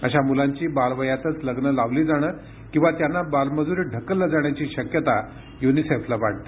अशा मुलांची बाल वयातच लग्न लावली जाणं किंवा त्यांना बालमजुरीत ढकललं जाण्याची शक्यता युनिसेफला वाटते